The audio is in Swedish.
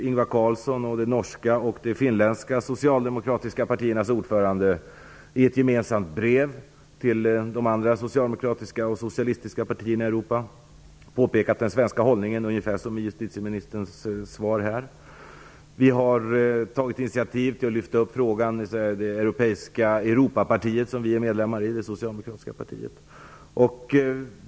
Ingvar Carlsson och de norska och finländska socialdemokratiska partiernas ordförande har i ett gemensamt brev till de andra socialdemokratiska och socialistiska partierna i Europa påpekat vilken den svenska hållningen är - ungfär som i justitieministerns svar. Vi har tagit initiativ till att lyfta fram frågan i det Europaparti som det socialdemokratiska partiet är medlem i.